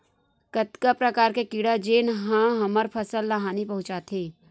कतका प्रकार के कीड़ा जेन ह हमर फसल ल हानि पहुंचाथे?